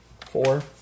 Four